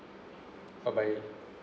bye bye